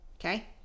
Okay